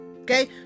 Okay